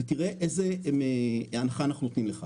ותראה איזה הנחה אנחנו נותנים לך.